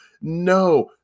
no